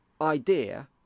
idea